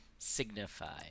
signify